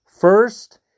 First